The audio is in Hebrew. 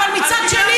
אז מה?